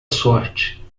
sorte